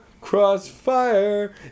crossfire